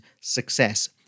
success